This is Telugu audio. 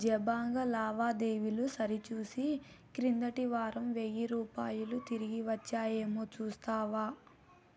జబాంగ్ లావాదేవీలు సరిచూసి క్రిందటి వారం వెయ్యి రూపాయలు తిరిగి వచ్చాయేమో చూస్తావా